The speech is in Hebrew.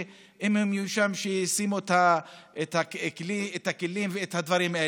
כדי שאם הם יהיו שם הם ישימו את הכלים ואת הדברים.